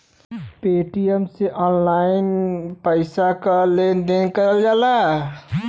Paytm से online पइसा क लेन देन करल जाला